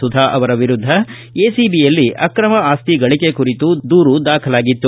ಸುಧಾ ಅವರ ವಿರುದ್ದ ಎಸಿಬಿಯಲ್ಲಿ ಅಕ್ರಮ ಅಸ್ತಿ ಗಳಿಕೆ ಕುರಿತು ದೂರು ದಾಖಲಾಗಿತ್ತು